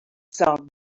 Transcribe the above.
sun